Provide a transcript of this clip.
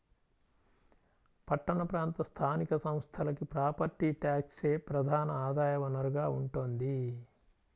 పట్టణ ప్రాంత స్థానిక సంస్థలకి ప్రాపర్టీ ట్యాక్సే ప్రధాన ఆదాయ వనరుగా ఉంటోంది